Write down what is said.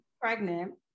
pregnant